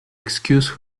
excused